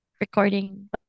recording